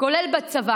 כולל בצבא,